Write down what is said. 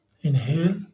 inhale